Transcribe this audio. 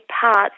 parts